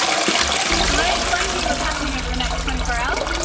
so i'm gonna explain to you what's happening over the next twenty four hours.